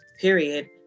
period